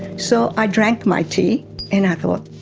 so i drank my tea and i thought,